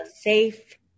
safe